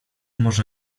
można